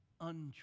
untrue